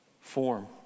form